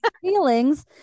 feelings